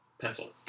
pencil